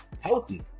healthy